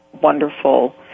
wonderful